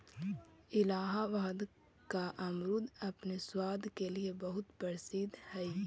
इलाहाबाद का अमरुद अपने स्वाद के लिए बहुत प्रसिद्ध हई